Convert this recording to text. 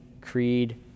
creed